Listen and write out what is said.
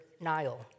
Nile